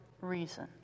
reason